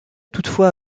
toutefois